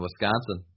Wisconsin